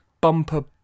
bumper